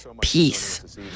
peace